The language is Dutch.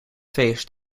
feest